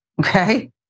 Okay